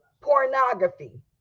Pornography